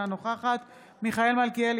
אינה נוכחת מיכאל מלכיאלי,